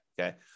Okay